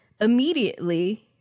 immediately